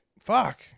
Fuck